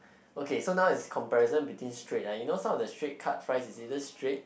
okay so now is comparison between straight ah you know some of the straight cut fries is either straight